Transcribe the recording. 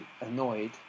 annoyed